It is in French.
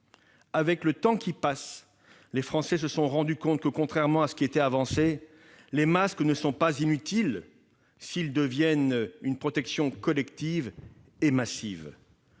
Avec le temps qui passe, les Français se sont rendu compte que, contrairement à ce qui était avancé, les masques ne sont pas inutiles s'ils deviennent une protection collective et massive.